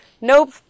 Nope